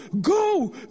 go